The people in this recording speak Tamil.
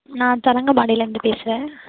நான் தரங்கம்பாடிலந்து பேசுகிறேன்